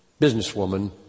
businesswoman